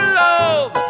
love